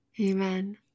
Amen